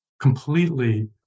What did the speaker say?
completely